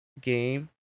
game